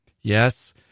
Yes